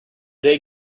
day